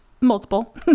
multiple